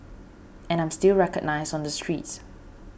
and I'm still recognised on the streets